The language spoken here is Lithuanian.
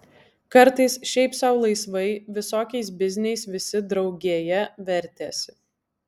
kartais šiaip sau laisvai visokiais bizniais visi draugėje vertėsi